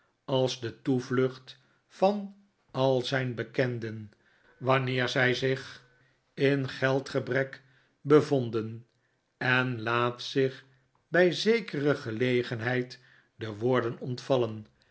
als de toevlucht van al zijn bekenden wanneer zij zich in geldgebrek bevonden en laat zich bij zekere gelegenheid de woorden ontvallen